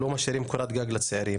לא משאירים קורת גג לצעירים,